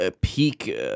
Peak